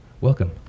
welcome